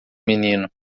menino